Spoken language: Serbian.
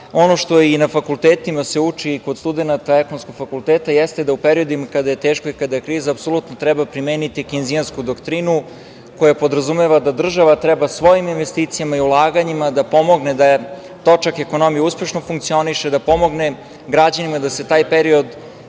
ono što i na fakultetima se uči i kod studenata Ekonomskog fakulteta jeste da u periodima kada je teško i kada je kriza apsolutno treba primeniti Kinzijansku doktrinu koja podrazumeva da država treba svojim investicijama i ulaganjima da pomogne da točak ekonomije uspešno funkcioniše, da pomogne građanima da se taj period